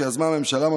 שיזמה הממשלה,